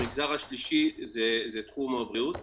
המגזר השלישי הוא תחום הבריאות.